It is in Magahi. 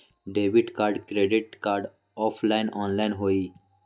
Debit card credit card offline online होई?